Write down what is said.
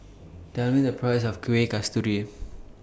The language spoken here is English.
Tell Me The Price of Kueh Kasturi